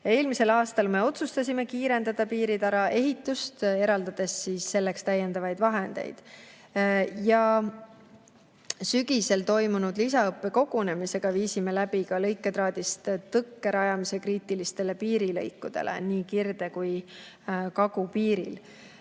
ametis on – me otsustasime kiirendada piiritara ehitust, eraldades selleks täiendavaid vahendeid. Sügisel toimunud lisaõppekogunemise abil viisime läbi lõiketraadist tõkke rajamise kriitilistele piirilõikudele nii kirde- kui kagupiiril.